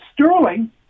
sterling